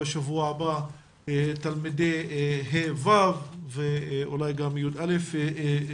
בשבוע הבא את תלמידי כיתות ה'-ו' ואולי גם י"א-י"ב.